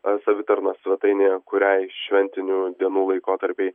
ar savitarnos svetainėje kuriai šventinių dienų laikotarpiai